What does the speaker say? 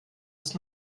ist